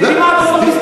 זה כמעט לא,